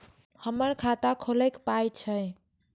हमर खाता खौलैक पाय छै